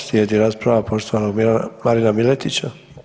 Slijedi rasprava poštovanog Marina Miletića.